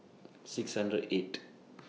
six hundred eight